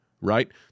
right